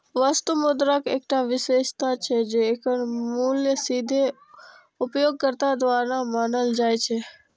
वस्तु मुद्राक एकटा विशेषता छै, जे एकर मूल्य सीधे उपयोगकर्ता द्वारा मानल जाइ छै